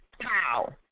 pow